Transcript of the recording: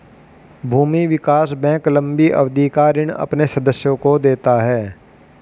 भूमि विकास बैंक लम्बी अवधि का ऋण अपने सदस्यों को देता है